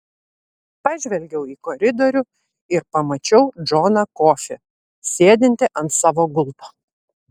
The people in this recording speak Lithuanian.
pažvelgiau į koridorių ir pamačiau džoną kofį sėdintį ant savo gulto